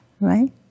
right